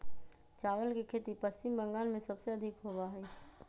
चावल के खेती पश्चिम बंगाल में सबसे अधिक होबा हई